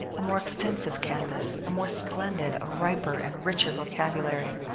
a more extensive canvas, a more splendid, a riper and richer vocabulary.